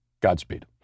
Godspeed